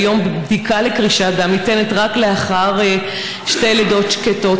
והיום בדיקה לקרישת דם ניתנת רק לאחר שתי לידות שקטות.